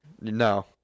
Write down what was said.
No